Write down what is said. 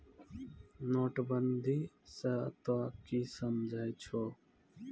नोटबंदी स तों की समझै छौ